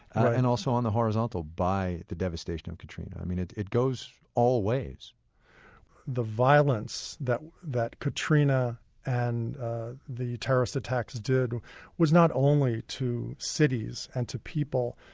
and also on the horizontal by the devastation of katrina. i mean, it it goes all ways the violence that that katrina and the terrorist attacks did was not only to cities and to people.